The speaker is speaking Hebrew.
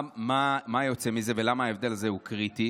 מה יוצא מזה ולמה ההבדל הזה קריטי?